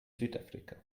südafrika